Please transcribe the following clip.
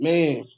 Man